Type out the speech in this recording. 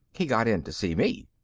he got in to see me.